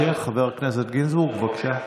שאלת המשך, חבר הכנסת גינזבורג, בבקשה.